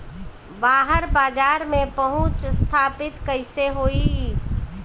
बाहर बाजार में पहुंच स्थापित कैसे होई?